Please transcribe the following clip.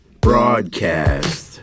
broadcast